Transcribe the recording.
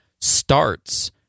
starts